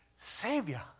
savior